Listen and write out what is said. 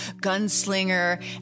gunslinger